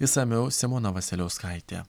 išsamiau simona vasiliauskaitė